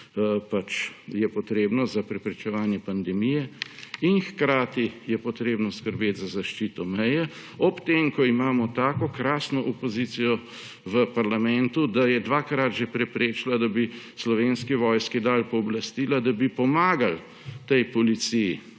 kar je potrebno za preprečevanje pandemije. In hkrati je treba skrbeti za zaščito meje, ob tem ko imamo tako krasno opozicijo v parlamentu, da je že dvakrat preprečila, da bi slovenski vojski dali pooblastila, da bi pomagala tej policiji